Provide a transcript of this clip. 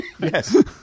Yes